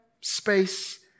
space